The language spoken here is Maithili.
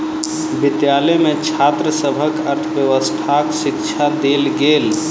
विद्यालय में छात्र सभ के अर्थव्यवस्थाक शिक्षा देल गेल